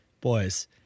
boys